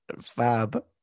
fab